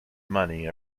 money